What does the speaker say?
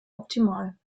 optimal